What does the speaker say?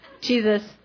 Jesus